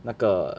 那个